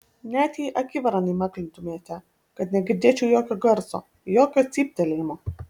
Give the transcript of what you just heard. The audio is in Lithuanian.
net jei akivaran įmaklintumėte kad negirdėčiau jokio garso jokio cyptelėjimo